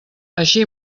així